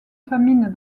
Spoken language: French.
famine